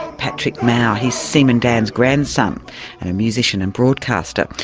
patrick mau, he's seaman dan's grandson and a musician and broadcaster.